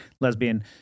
lesbian